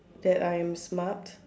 that I am smart